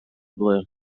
blue